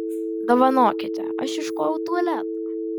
dovanokite aš ieškojau tualeto